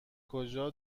کجا